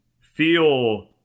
feel